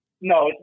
no